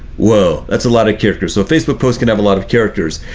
whoa, that's a lot of characters, so facebook posts can have a lot of characters.